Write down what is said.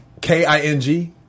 k-i-n-g